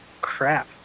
Crap